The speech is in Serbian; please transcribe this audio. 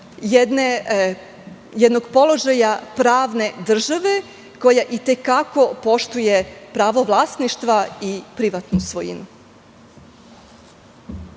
jednog položaja pravne države koja i te kako poštuje pravo vlasništva i privatnu svojinu.